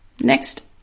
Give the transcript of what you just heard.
next